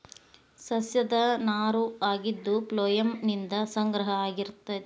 ಸಸ್ಯದ ನಾರು ಆಗಿದ್ದು ಪ್ಲೋಯಮ್ ನಿಂದ ಸಂಗ್ರಹ ಆಗಿರತತಿ